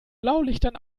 blaulichtern